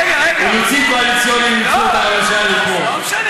אילוצים קואליציוניים אילצו את הממשלה לתמוך.